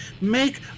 make